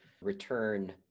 return